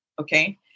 Okay